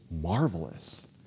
marvelous